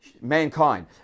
mankind